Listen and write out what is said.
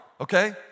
okay